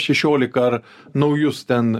šešiolika ar naujus ten